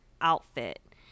outfit